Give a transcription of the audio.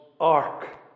ark